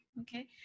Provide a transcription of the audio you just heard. Okay